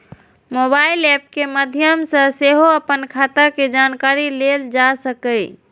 mobile app के माध्य सं सेहो अपन खाता के जानकारी लेल जा सकैए